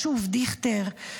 שוב דיכטר,